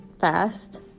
fast